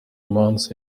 months